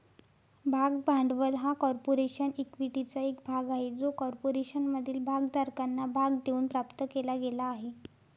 भाग भांडवल हा कॉर्पोरेशन इक्विटीचा एक भाग आहे जो कॉर्पोरेशनमधील भागधारकांना भाग देऊन प्राप्त केला गेला आहे